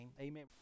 Amen